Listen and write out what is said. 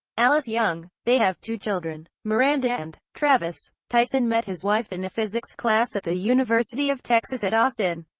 alice young. they have two children miranda and travis. tyson met his wife in a physics class at the university of texas at austin.